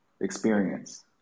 experience